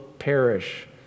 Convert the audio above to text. perish